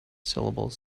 syllables